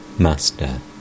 Master